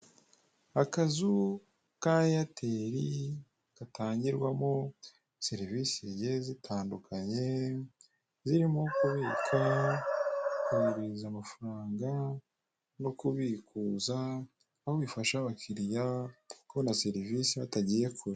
Akazu ka eyateri gatangirwamo serivisi zigiye zitandukanye zirimo kubika, kohereza amafaranga, no kubikuza aho bifasha abakiriya kubona servisi batagiye kure.